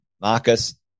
Marcus